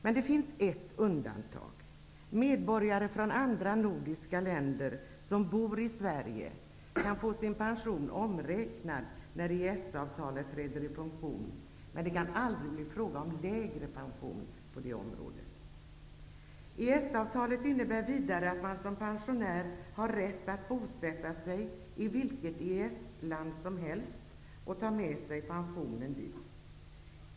Men det finns ett undantag: medborgare från andra nordiska länder som bor i Sverige kan få sin pension omräknad när EES-avtalet träder i funktion, men det kan aldrig bli fråga om lägre pension. EES-avtalet innebär vidare att man som pensionär har rätt att bosätta sig i vilket EES-land som helst och ta med sig pensionen dit.